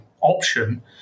option